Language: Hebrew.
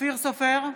אופיר סופר,